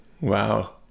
Wow